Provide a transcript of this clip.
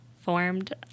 formed